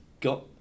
got